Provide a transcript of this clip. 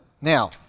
Now